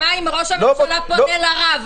אז מה אם ראש הממשלה פונה לרב?